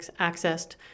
accessed